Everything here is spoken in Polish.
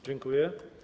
Dziękuję.